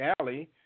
alley